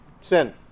Sin